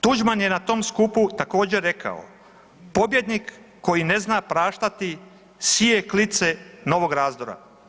Tuđman je na tom skupu također rekao, pobjednik koji ne zna praštati, sije klice novog razdora.